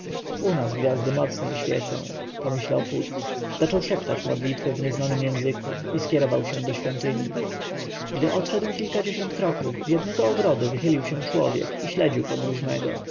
nas gwiazdy mocniej świecą pomyślał phut zaczął szeptać modlitwy w nieznanym języku i skierował się ku świątyni gdy odszedł kilkadziesiąt kroków z jednego ogrodu wychylił się człowiek i śledził podróżnego